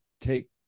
take